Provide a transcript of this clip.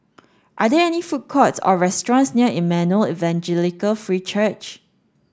are there any food courts or restaurants near Emmanuel Evangelical Free Church